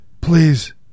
Please